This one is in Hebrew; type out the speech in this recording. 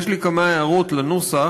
יש לי כמה הערות לנוסח,